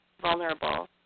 vulnerable